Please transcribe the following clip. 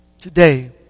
Today